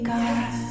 God